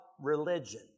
religion